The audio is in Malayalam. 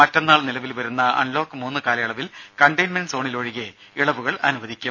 മറ്റന്നാൾ നിലവിൽ വരുന്ന അൺലോക്ക് മൂന്ന് കാലയളവിൽ കണ്ടെയിൻമെന്റ് സോണിൽ ഒഴികെ ഇളവുകൾ അനുവദിക്കും